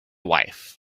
wife